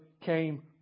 came